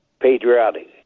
patriotic